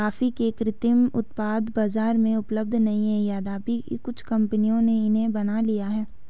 coffee के कृत्रिम उत्पाद बाजार में उपलब्ध नहीं है यद्यपि कुछ कंपनियों ने इन्हें बना लिया है